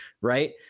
right